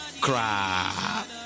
Crap